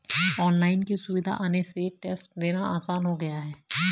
online की सुविधा आने से टेस्ट देना आसान हो गया है